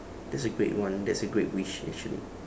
that's a great one that's a great wish actually